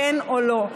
כן או לא.